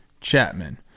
Chapman